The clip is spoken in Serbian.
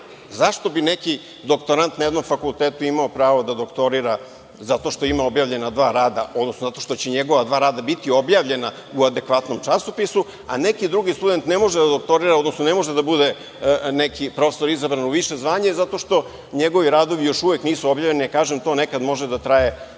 bi neki doktorant na jednom fakultetu imao pravo da doktorira zato što ima objavljena dva rada, odnosno zato što će njegova dva rada biti objavljena u adekvatnom časopisu, a neki drugi student ne može da doktorira, odnosno ne može da bude izabran u više zvanje zato što njegovi radovi još uvek nisu objavljeni, jer kažem to nekada može da traje